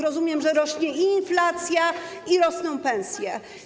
Rozumiem, że rośnie inflacja i rosną pensje?